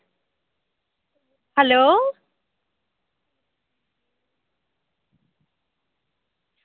hello